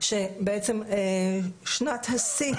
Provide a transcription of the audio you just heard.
שבעצם שנת השיא